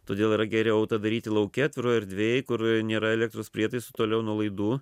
todėl yra geriau tą daryti lauke atviroj erdvėj kur nėra elektros prietaisų toliau nuo laidų